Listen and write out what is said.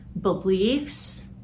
beliefs